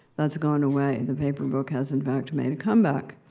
that's gone away, the paper book has in fact made a comeback.